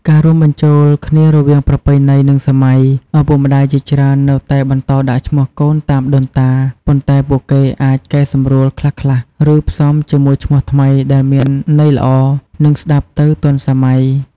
ការរួមបញ្ចូលគ្នារវាងប្រពៃណី និងសម័យ ឪពុកម្តាយជាច្រើននៅតែបន្តដាក់ឈ្មោះកូនតាមដូនតា ប៉ុន្តែពួកគេអាចកែសម្រួលខ្លះៗ ឬផ្សំជាមួយឈ្មោះថ្មីដែលមានន័យល្អ និងស្តាប់ទៅទាន់សម័យ។។